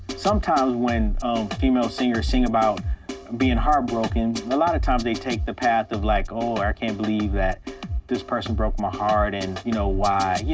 sometimes when female singers sing about being heartbroken, a lot of times they take the path of like, oh, i can't believe that this person broke my heart, and, you know, why? you